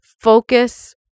Focus